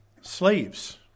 Slaves